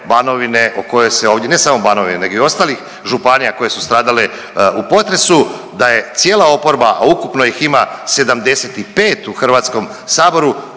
o kojoj se ovdje, ne samo Banovine nego i ostalih županija koje su stradale u potresu da je cijela oporba, a ukupno ih ima 75 u Hrvatskom saboru